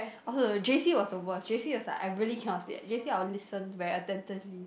also the J_C was the worst J_C is like I really cannot sleep J_C I will listen very attentively